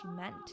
meant